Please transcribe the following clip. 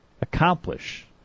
accomplish